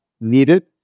needed